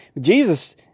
Jesus